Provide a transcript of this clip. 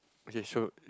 okay sure